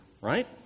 right